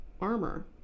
armor